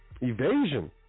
Evasion